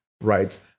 right